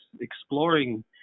exploring